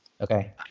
Okay